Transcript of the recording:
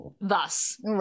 thus